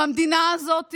במדינה הזו,